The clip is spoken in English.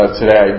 today